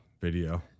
video